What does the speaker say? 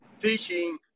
teaching